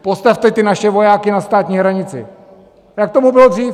Postavte ty naše vojáky na státní hranici, jak tomu bylo dřív!